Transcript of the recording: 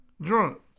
Drunk